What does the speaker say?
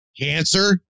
Cancer